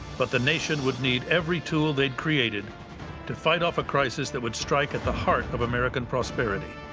but the nation would need every tool they'd created to fight off a crisis that would strike at the heart of american prosperity,